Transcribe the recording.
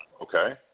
okay